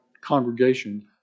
congregation